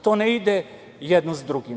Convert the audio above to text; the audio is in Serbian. To ne ide jedno sa drugim.